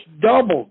doubled